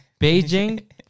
Beijing